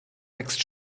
wächst